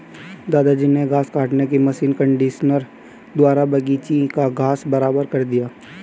दादाजी ने घास काटने की मशीन कंडीशनर द्वारा बगीची का घास बराबर कर दिया